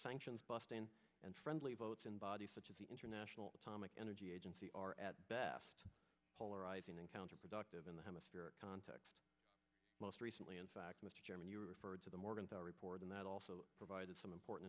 sanctions busting and friendly votes in bodies such as the international atomic energy agency are at best polarizing and counterproductive in the hemispheric context most recently in fact mr chairman you referred to the morgenthau report and that also provided some important